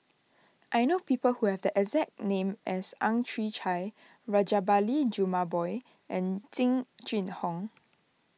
I know people who have the exact name as Ang Chwee Chai Rajabali Jumabhoy and Jing Jun Hong